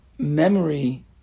Memory